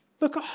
Look